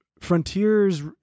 Frontier's